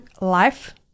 life